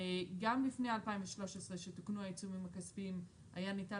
גם לפני 2013 שתוקנו העיצומים הכספיים היה ניתן